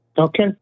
Okay